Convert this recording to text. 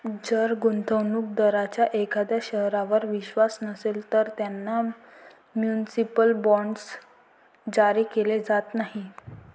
जर गुंतवणूक दारांचा एखाद्या शहरावर विश्वास नसेल, तर त्यांना म्युनिसिपल बॉण्ड्स जारी केले जात नाहीत